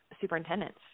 superintendents